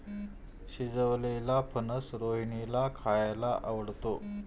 शिजवलेलेला फणस रोहिणीला खायला आवडतो